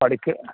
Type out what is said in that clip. പഠിക്ക്